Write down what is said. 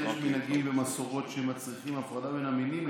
יש מנהגים ומסורות שמצריכים הפרדה בין המינים,